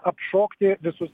apšokti visus